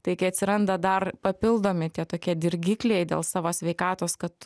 taigi atsiranda dar papildomi tie tokie dirgikliai dėl savo sveikatos kad